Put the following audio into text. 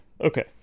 Okay